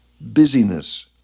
Busyness